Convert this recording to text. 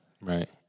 Right